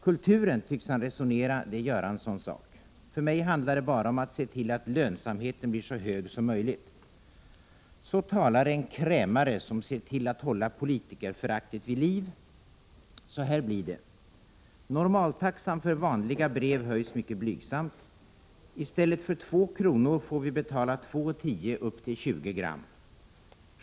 Kulturen, tycks han resonera, det är Göranssons sak. För mig handlar det bara om att se till att lönsamheten blir så hög som möjligt. Så talar en krämare som ser till att hålla politikerföraktet vid liv. Så här blir det: Normaltaxan för vanliga brev höjs mycket blygsamt. I stället för 2 kronor får vi betala 2:10 upp till 20 gram.